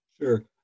Sure